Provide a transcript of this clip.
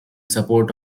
support